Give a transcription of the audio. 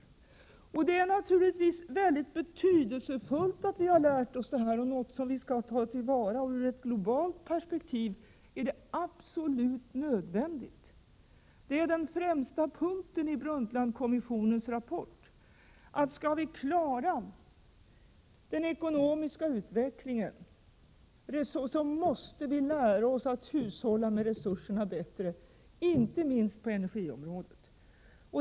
Det är naturligtvis mycket betydelsefullt att vi har lärt oss detta och det är något som vi bör ta till vara. Ur ett globalt perspektiv är det absolut nödvändigt. Den främsta punkten i Brundtlandkommissionens rapport är att om vi skall klara den ekonomiska utvecklingen måste vi lära oss att hushålla med resurserna bättre, inte minst på energiområdet.